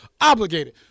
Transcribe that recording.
obligated